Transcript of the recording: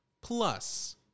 Plus